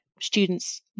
students